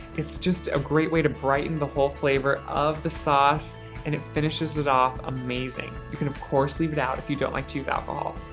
it's just a great way to brighten the whole flavor of the sauce and it finishes it off amazing. you can of course leave it out if you don't like to use alcohol.